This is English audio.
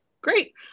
great